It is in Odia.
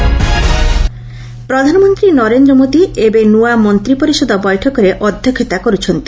ପିଏମ୍ ମିଟିଂ ପ୍ରଧାନମନ୍ତ୍ରୀ ନରେନ୍ଦ୍ର ମୋଦି ଏବେ ନୂଆ ମନ୍ତ୍ରୀ ପରିଷଦ ବୈଠକରେ ଅଧ୍ୟକ୍ଷତା କରୁଛନ୍ତି